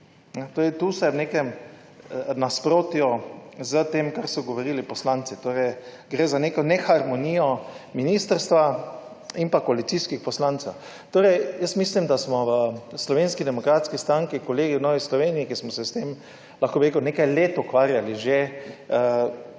Tudi tu ste v nekem nasprotju s tem, kar so govorili poslanci. Gre za neko neharmonijo ministrstva in koalicijskih poslancev. Mislim, da smo v Slovenski demokratski stranki, kolegi v Novi Sloveniji, ki smo se s tem, lahko bi rekel, že nekaj let ukvarjali,